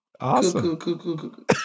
Awesome